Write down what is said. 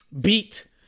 Beat